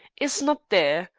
is not there.